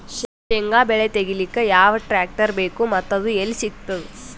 ಶೇಂಗಾ ಬೆಳೆ ತೆಗಿಲಿಕ್ ಯಾವ ಟ್ಟ್ರ್ಯಾಕ್ಟರ್ ಬೇಕು ಮತ್ತ ಅದು ಎಲ್ಲಿ ಸಿಗತದ?